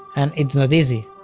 and it's not easy,